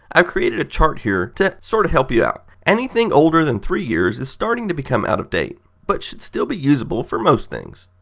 i've created a chart here to sort of help you. anything older then three years is starting to become out of date, but should still be useable for most things.